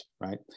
right